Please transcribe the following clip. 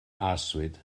arswyd